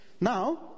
now